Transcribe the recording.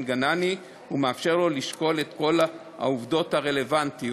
גנני ולאפשר לו לשקול את כל העובדות הרלוונטיות.